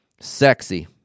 sexy